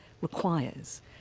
requires